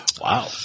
Wow